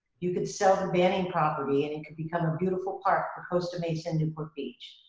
you could sell the banning property and it could become a beautiful park for costa mesa and newport beach.